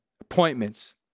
appointments